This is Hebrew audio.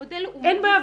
המודל הוא -- אין בעיה,